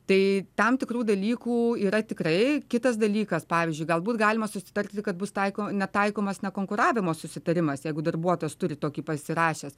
tai tam tikrų dalykų yra tikrai kitas dalykas pavyzdžiui galbūt galima susitarti kad bus taiko netaikomas nekonkuravimo susitarimas jeigu darbuotojas turi tokį pasirašęs